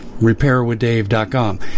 Repairwithdave.com